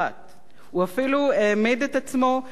הוא אפילו העמיד את עצמו כאנטי-סוציאליסט.